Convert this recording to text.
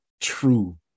true